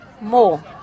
more